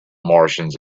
martians